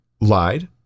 lied